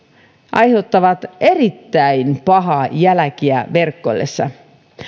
aiheuttavat erittäin pahaa jälkeä verkkoiltaessa